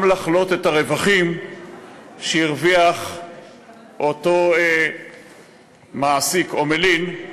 גם לחלט את הרווחים שהרוויח אותו מעסיק או מלין,